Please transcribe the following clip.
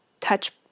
touch